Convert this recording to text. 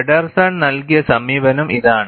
ഫെഡെർസൻ നൽകിയ സമീപനം ഇതാണ്